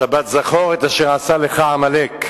שבת זכור את אשר עשה לך עמלק.